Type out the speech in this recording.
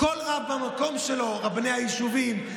כל רב במקום שלו: רבני היישובים,